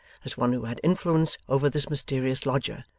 as one who had influence over this mysterious lodger,